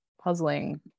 puzzling